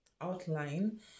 outline